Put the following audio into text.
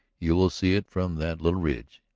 you will see it from that little ridge.